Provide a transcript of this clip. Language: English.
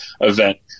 event